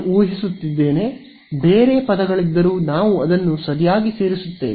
ನಾನು ಊಹಿಸುತ್ತಿದ್ದೇನೆ ಬೇರೆ ಪದಗಳಿದ್ದರೂ ನಾವು ಅದನ್ನು ಸರಿಯಾಗಿ ಸೇರಿಸುತ್ತೇವೆ